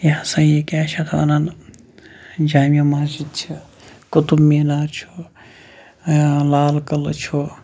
یہِ ہسا یہِ کیاہ چھِ اتھ وَنان جامع مسجد چھِ قطب میٖنار چھُ لال کلہٕ چھُ